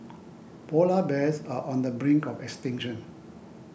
Polar Bears are on the brink of extinction